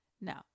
No